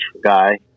guy